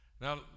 Now